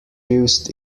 used